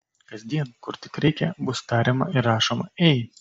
kasdien kur tik reikia bus tariama ir rašoma ei